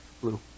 Blue